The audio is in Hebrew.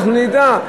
נדע.